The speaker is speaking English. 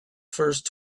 first